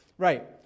Right